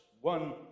one